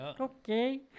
okay